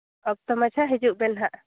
ᱚᱠᱛᱚ ᱢᱟᱪᱦᱟ ᱦᱤᱡᱩᱜ ᱵᱮᱱ ᱦᱟᱸᱜ